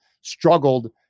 struggled –